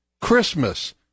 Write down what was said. Christmas